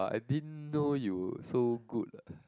!wah! I didn't know you were so good ah